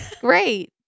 great